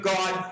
God